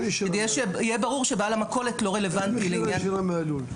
שיהיה ברור שבעל המכולת לא רלוונטי לעניין.